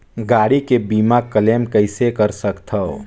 गाड़ी के बीमा क्लेम कइसे कर सकथव?